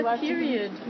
period